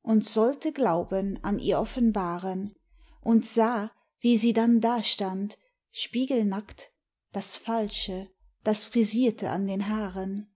und sollte glauben an ihr offenbaren und sah wie sie dann dastand spiegelnackt das falsche das frisierte an den haaren